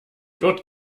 dort